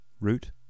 Root